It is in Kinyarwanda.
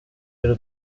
y’u